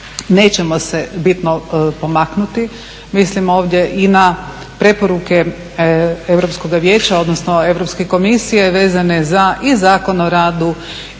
nećemo se bitno pomaknuti. Mislim ovdje i na preporuke Europskoga vijeća odnosno Europske komisije vezane za i Zakon o radu